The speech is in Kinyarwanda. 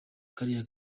kariya